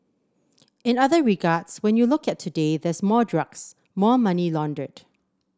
in other regards when you look at today there's more drugs more money laundered